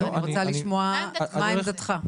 אני רוצה לשמוע מה עמדתך?